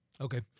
Okay